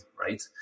right